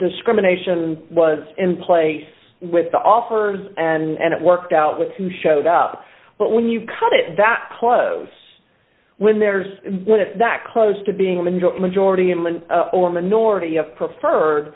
discrimination was in place with the offers and it worked out with who showed up but when you cut it that close when there's that close to being the majority and or minority of preferred